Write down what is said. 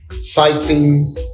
citing